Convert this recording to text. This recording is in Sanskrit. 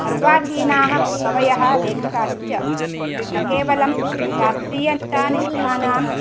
अर्वाचीनाः कवयः लेखकाश्च न केवलं शास्त्रीयन्तानिष्ठानां